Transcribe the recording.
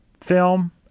film